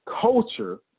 culture